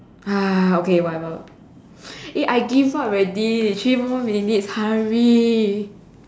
okay whatever eh I give up already three more minutes hurry